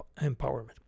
empowerment